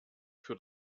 für